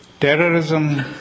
Terrorism